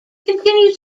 continues